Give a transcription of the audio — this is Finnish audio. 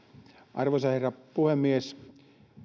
arvoisa herra puhemies